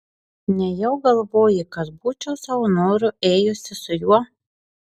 nejau galvoji kad būčiau savo noru ėjusi su juo